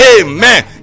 Amen